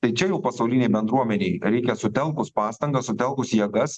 tai čia jau pasaulinei bendruomenei reikia sutelkus pastangas sutelkus jėgas